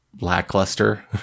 lackluster